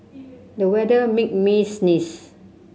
the weather made me sneeze